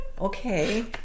Okay